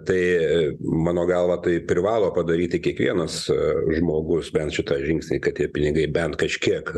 tai mano galva tai privalo padaryti kiekvienas žmogus bent šitą žingsnį kad tie pinigai bent kažkiek